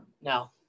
No